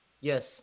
Yes